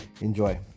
enjoy